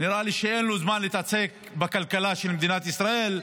נראה לי שאין לו זמן להתעסק בכלכלה של מדינת ישראל,